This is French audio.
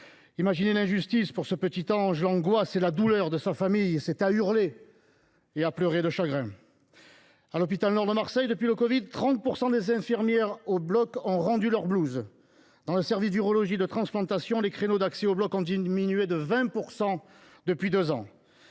Imaginez l’injustice pour ce petit ange, l’angoisse et la douleur de sa famille. C’est à hurler et à pleurer de chagrin ! À l’hôpital Nord de Marseille, depuis le covid, 30 % des infirmières de bloc ont rendu leur blouse. Dans le service d’urologie de transplantation, les créneaux d’accès aux blocs ont diminué de 20 % depuis deux ans.